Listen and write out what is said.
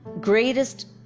greatest